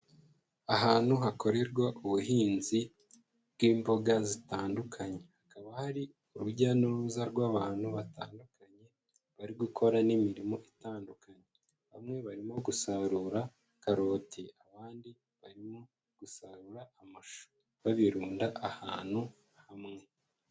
Ahantu hakorerwa ubuhinzi bw'imboga zitandukanye, hakaba hari urujya n'uruza rw'abantu batandukanye, bari gukora n'imirimo itandukanye, bamwe barimo gusarura karoti, abandi barimo gusarura amashu, babirunda ahantu hamwe.